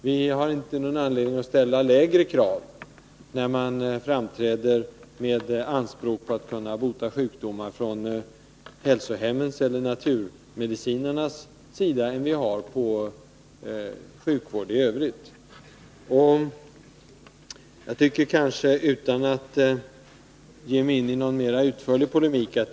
Vi har inte någon anledning att ställa lägre krav när hälsohemmen och förespråkarna för naturmedicinen framträder med anspråk på att ha förmåga att bota sjukdomar än vi har på sjukvården i övrigt.